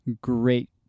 great